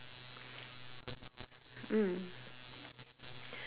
mm